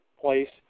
place